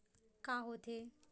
का होथे?